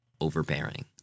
overbearing